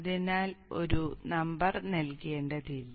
അതിനാൽ ഒരു നമ്പർ നൽകേണ്ടതില്ല